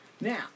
Now